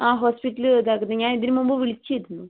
അ hospital ഞാൻ ഇതിന് മുൻപ് വിളിച്ചിരുന്നു